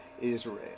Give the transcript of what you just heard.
Israel